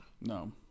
No